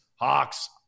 Hawks